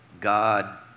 God